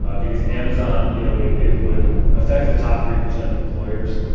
ah because amazon, you know, it it would affect the top three percent of employers.